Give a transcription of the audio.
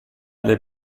del